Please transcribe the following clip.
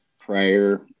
prior